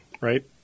right